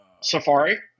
Safari